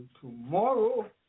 tomorrow